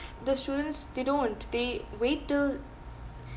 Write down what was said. the students they don't they wait till